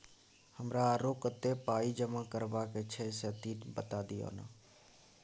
हमरा आरो कत्ते पाई जमा करबा के छै से तनी बता दिय न?